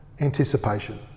anticipation